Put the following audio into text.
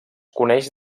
coneix